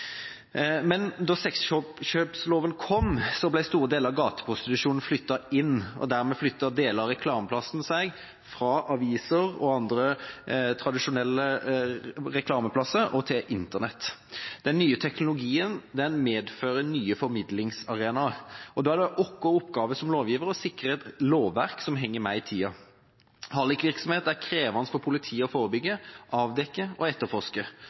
store deler av gateprostitusjonen flyttet inn, og dermed flyttet deler av reklameplassen seg fra aviser og andre tradisjonelle reklameplasser til Internett. Den nye teknologien medfører nye formidlingsarenaer. Da er det vår oppgave som lovgiver å sikre et lovverk som henger med i tida. Hallikvirksomhet er krevende for politiet å forebygge, avdekke og etterforske,